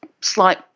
slight